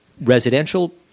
residential